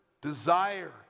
desire